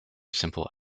simple